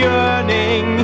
yearning